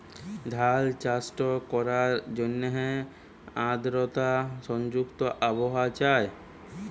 ধাল চাষট ক্যরার জ্যনহে আদরতা সংযুক্ত আবহাওয়া চাই